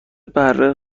بره